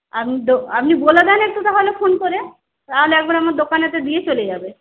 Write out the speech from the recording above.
আপনি আপনি বলে দিন একটু তাহলে ফোন করে তাহলে একবারে আমার দোকানে এসে দিয়ে চলে যাবে